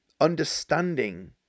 understanding